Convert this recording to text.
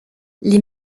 les